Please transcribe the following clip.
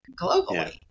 globally